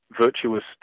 virtuous